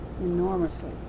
Enormously